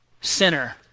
sinner